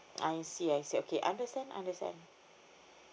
I see I see okay understand understand